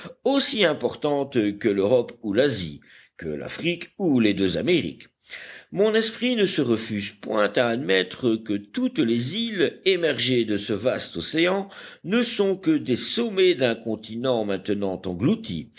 aussi importante que l'europe ou l'asie que l'afrique ou les deux amériques mon esprit ne se refuse point à admettre que toutes les îles émergées de ce vaste océan ne sont que des sommets d'un continent maintenant englouti